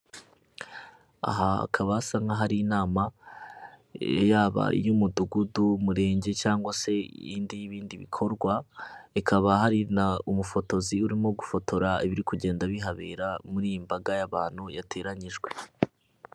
Aha hakaba asa nk'ahari inama yaba iy'umudugudu, umurenge cyangwa se indi y'ibindi bikorwa, ikaba hari n'umufotozi urimo gufotora ibiri kugenda bihabera muri iyi mbaga y'abantu yateranyijwe.